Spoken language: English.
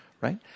right